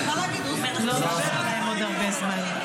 לא נשאר להם עוד הרבה זמן.